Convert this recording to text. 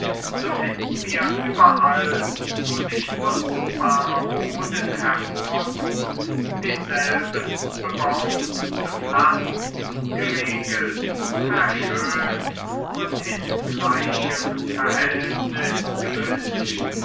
so finden wir überall wo sich nutzbarer boden hervortut denselben bebaut bepflanzt geregelt verschönt und in gleichem verhältnis gewünscht